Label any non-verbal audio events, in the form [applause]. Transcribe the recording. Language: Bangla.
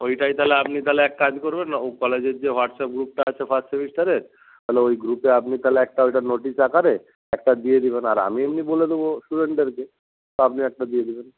ওইটাই তাহলে আপনি তাহলে এক কাজ করবেন [unintelligible] কলেজের যে হোয়াটসঅ্যাপ গ্রুপটা আছে ফার্স্ট সেমিস্টারের তাহলে ওই গ্রুপে আপনি তাহলে একটা ওইটার নোটিস আকারে একটা দিয়ে দিবেন আর আমি এমনি বলে দেবো স্টুডেন্টদেরকে আর আপনি একটা দিয়ে দিবেন